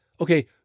okay